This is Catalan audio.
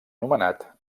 nomenat